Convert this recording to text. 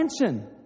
attention